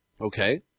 Okay